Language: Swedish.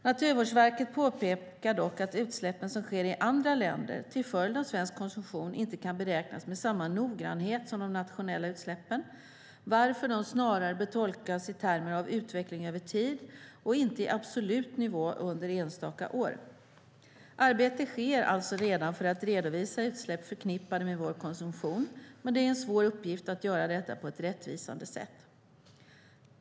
Naturvårdsverket påpekar dock att utsläppen som sker i andra länder till följd av svensk konsumtion inte kan beräknas med samma noggrannhet som de nationella utsläppen, varför de snarare bör tolkas i termer av utveckling över tid och inte i absolut nivå under enstaka år. Arbete sker alltså redan för att redovisa utsläpp förknippade med vår konsumtion, men det är en svår uppgift att göra detta på ett rättvisande sätt.